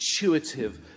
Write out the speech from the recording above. intuitive